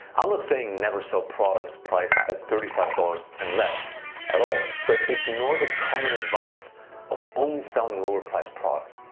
i'm not saying never sell products priced at thirty five dollars and less at all but ignore the common advice of only selling lower priced products.